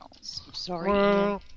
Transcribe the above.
sorry